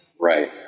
Right